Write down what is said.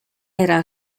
era